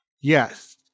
Yes